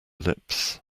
lips